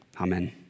amen